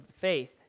faith